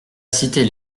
citer